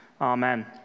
Amen